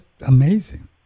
amazing